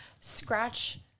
scratch